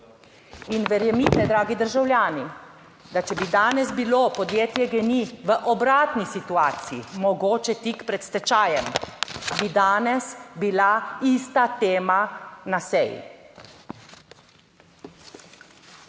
In verjemite, dragi državljani, da če bi danes bilo podjetje GEN-I v obratni situaciji, mogoče tik pred stečajem, bi danes bila ista tema na seji.